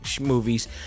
movies